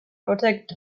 protect